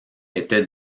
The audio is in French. était